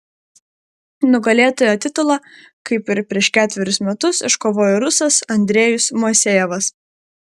nugalėtojo titulą kaip ir prieš ketverius metus iškovojo rusas andrejus moisejevas